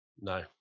no